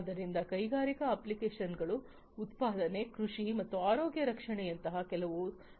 ಆದ್ದರಿಂದ ಕೈಗಾರಿಕಾ ಅಪ್ಲಿಕೇಶನ್ಗಳು ಉತ್ಪಾದನೆ ಕೃಷಿ ಮತ್ತು ಆರೋಗ್ಯ ರಕ್ಷಣೆಯಂತಹ ಹಲವು ಆಗಿರಬಹುದು